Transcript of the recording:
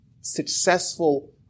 successful